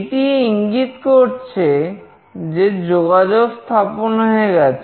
এটি ইঙ্গিত করছে যে যোগাযোগ স্থাপন হয়ে গেছে